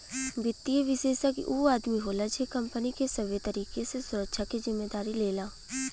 वित्तीय विषेशज्ञ ऊ आदमी होला जे कंपनी के सबे तरीके से सुरक्षा के जिम्मेदारी लेला